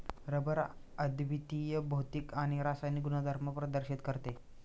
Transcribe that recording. rubber अद्वितीय भौतिक आणि रासायनिक गुणधर्म प्रदर्शित करते